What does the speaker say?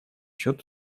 счет